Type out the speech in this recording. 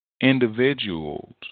individuals